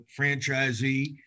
franchisee